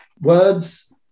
words